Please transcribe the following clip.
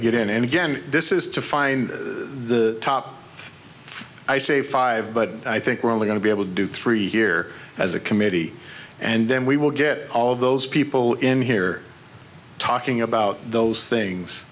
to get in and again this is to find the top i say five but i think we're only going to be able to do three here as a committee and then we will get all of those people in here talking about those things